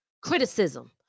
criticism